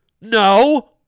No